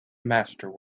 master